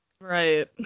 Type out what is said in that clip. Right